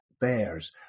bears